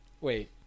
wait